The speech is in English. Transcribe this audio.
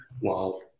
Wow